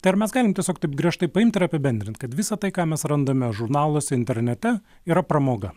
tai ar mes galim tiesiog taip griežtai paimt ir apibendrint kad visa tai ką mes randame žurnaluose internete yra pramoga